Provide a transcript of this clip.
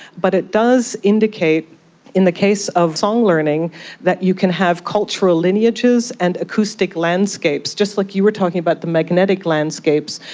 but it does indicate in the case of song learning that you can have cultural lineages and acoustic landscapes, just like you were talking about the magnetic landscapes,